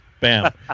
bam